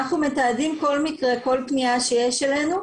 אנחנו מתעדים כל מקרה, כל פנייה שיש אלינו,